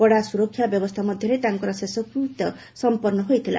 କଡା ସୁରକ୍ଷା ବ୍ୟବସ୍ଥା ମଧ୍ୟରେ ତାଙ୍କର ଶେଷକୃତ୍ୟ ସମ୍ପନ୍ଧ ହୋଇଥିଲା